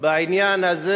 בעניין הזה